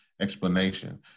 explanation